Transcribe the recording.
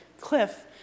cliff